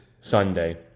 Sunday